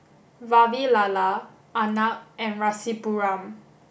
Vavilala Arnab and Rasipuram